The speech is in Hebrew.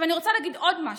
אני רוצה להגיד עוד משהו,